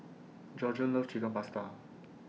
Georgiann loves Chicken Pasta